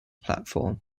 platform